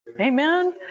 Amen